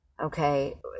Okay